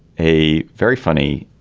a very funny